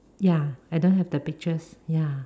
ya I don't have the pictures ya